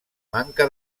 manca